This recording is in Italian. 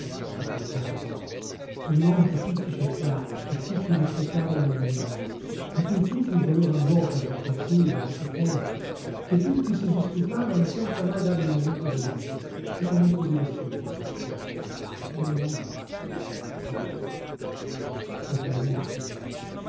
avvocato quell'uomo che tutti cercavano che tutti rispettavano e ammiravano di cui tutti volevan l'opera il consiglio l'assistenza che tutti si disputavano senza mai dargli un momento di requie un momento di respiro ero io io propriamente